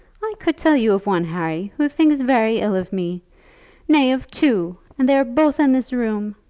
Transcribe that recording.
i could tell you of one, harry, who thinks very ill of me nay, of two and they are both in this room.